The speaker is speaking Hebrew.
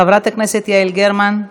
חברת הכנסת יעל גרמן,